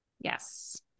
Yes